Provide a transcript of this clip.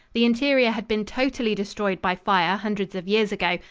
the interior had been totally destroyed by fire hundreds of years ago,